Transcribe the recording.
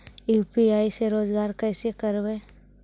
UPI से रोजगार कैसे करबय?